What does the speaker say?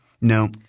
No